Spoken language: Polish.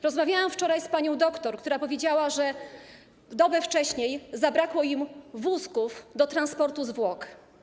Rozmawiałam wczoraj z panią doktor, która powiedziała, że dobę wcześniej zabrakło im wózków do transportu zwłok.